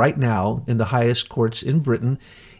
right now in the highest courts in britain